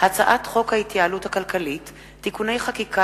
הצעת חוק ההתייעלות הכלכלית (תיקוני חקיקה